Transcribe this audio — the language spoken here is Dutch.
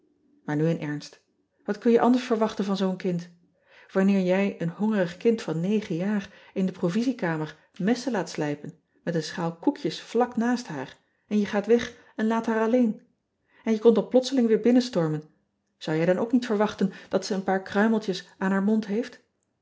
aar nu in ernst at kun je anders verwachten van zoo n kind anneer jij een hongerig kind van jaar in de provisiekamer messen laat slijpen met een schaal koekjes vlak naast haar en je gaat weg en laat haar alleen n je komt dan plotseling weer binnenstormen zou jij dan ook niet verwachten dat ze een paar kruimeltjes aan haar mond heeft